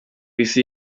isi